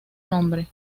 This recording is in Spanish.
nombre